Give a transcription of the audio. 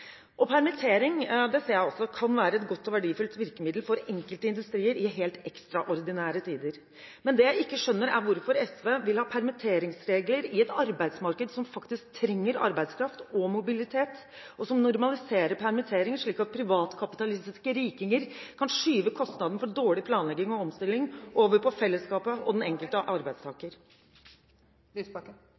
Permittering ser jeg også kan være et godt og verdifullt virkemiddel for enkelte industrier i helt ekstraordinære tider. Men det jeg ikke skjønner, er hvorfor SV vil ha permitteringsregler i et arbeidsmarked som faktisk trenger arbeidskraft og mobilitet, og som normaliserer permitteringer, slik at privatkapitalistiske rikinger kan skyve kostnaden for dårlig planlegging og omstilling over på fellesskapet og den enkelte arbeidstaker.